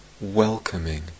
welcoming